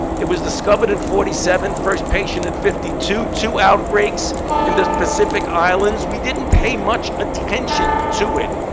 it was discovered in forty seven, first patient in fifty two, two outbreaks in the pacific islands. we didn't pay much attention to it.